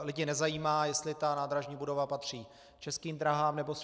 Lidi nezajímá, jestli ta nádražní budova patří Českým dráhám, nebo SŽDC.